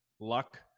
luck